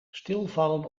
stilvallen